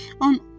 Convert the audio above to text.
on